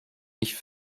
mich